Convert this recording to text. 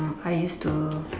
I used to